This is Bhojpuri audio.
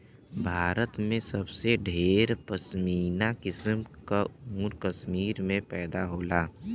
भारत में सबसे ढेर पश्मीना किसम क ऊन कश्मीर में पैदा होला